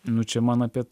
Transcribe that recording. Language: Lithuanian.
nu čia man apie